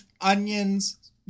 onions